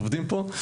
עובדים פה,